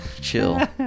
chill